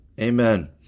Amen